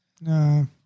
No